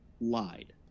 lied